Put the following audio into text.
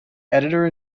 editor